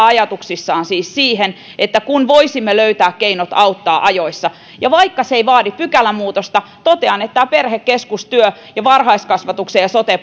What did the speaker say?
ajatuksissaan siis siihen että voisimme löytää keinot auttaa ajoissa ja vaikka se ei vaadi pykälämuutosta totean että perhekeskustyö ja varhaiskasvatuksen ja sote